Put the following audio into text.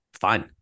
fine